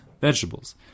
vegetables